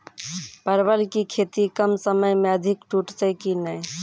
परवल की खेती कम समय मे अधिक टूटते की ने?